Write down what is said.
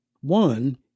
One